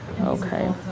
Okay